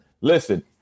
listen